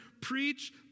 preach